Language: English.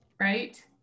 right